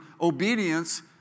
obedience